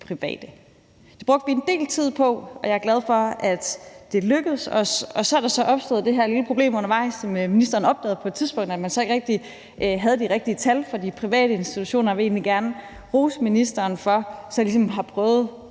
private. Det brugte vi en del tid på, og jeg er glad for, at det lykkedes for os. Så er der så opstået det her lille problem undervejs, da ministeren på et tidspunkt opdagede, at man så ikke havde de rigtige tal fra de private institutioner. Jeg vil egentlig gerne rose ministeren for sådan ligesom at have prøvet